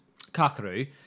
Kakaru